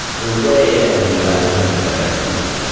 they're way ahead of the u s. in terms of internet speeds.